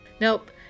Nope